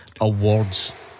Awards